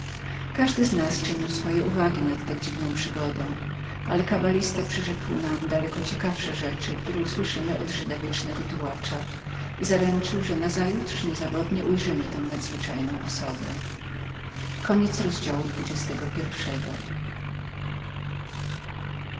każdy z nas czynił swoje uwagi nad tak dziwną przygodą ale kabalista przyrzekł nam daleko ciekawsze rzeczy które usłyszymy od żyda wiecznego tułacza i zaręczył że nazajutrz niezawodnie ujrzymy tę nadzwyczajną osobę